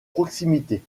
proximité